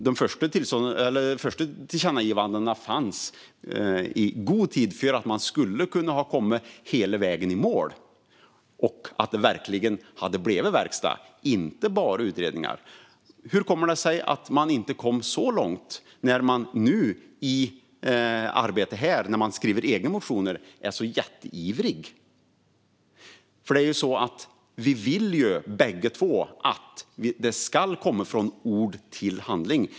De första tillkännagivandena fanns i god tid för att komma hela vägen i mål så att det verkligen hade blivit verkstad och inte bara utredningar. Hur kommer det sig att man inte kom så långt när man nu i arbetet här, när man skriver egna motioner, är så jätteivrig? Vi vill ju bägge två komma vidare från ord till handling.